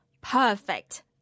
Perfect